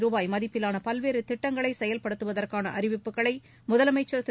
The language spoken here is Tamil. ரூபாய் மதிப்பிலான பல்வேறு திட்டங்களை செயல்படுத்துவதற்கான அறிவிப்புகளை முதலமைச்சர் திரு